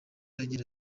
agira